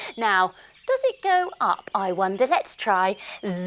now does it go up i wonder, let's try